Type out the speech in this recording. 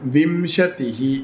विंशतिः